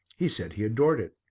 he said he adored it.